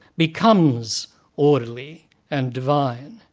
becomes orderly and divine,